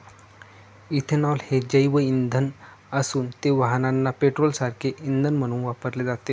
ethanol हे जैवइंधन असून ते वाहनांना पेट्रोलसारखे इंधन म्हणून वापरले जाते